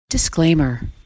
Disclaimer